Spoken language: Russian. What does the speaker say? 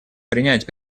принять